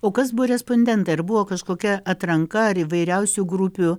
o kas buvo respondentai ar buvo kažkokia atranka ar įvairiausių grupių